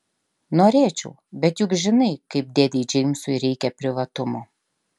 norėčiau bet juk žinai kaip dėdei džeimsui reikia privatumo